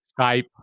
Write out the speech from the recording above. Skype